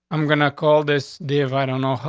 i'm gonna call this day of, i don't know,